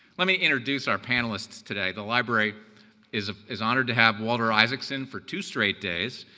let me introduce our panelists today. the library is ah is honored to have walter isaacson for two straight days.